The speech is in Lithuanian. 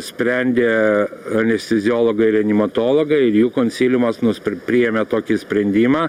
sprendė anesteziologai reanimatologai ir jų konsiliumas nuspr priėmė tokį sprendimą